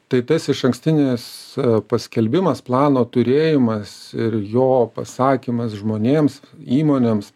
tai tas išankstinis paskelbimas plano turėjimas ir jo pasakymas žmonėms įmonėms